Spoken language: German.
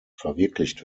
verwirklicht